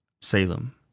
Salem